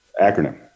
acronym